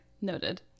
Noted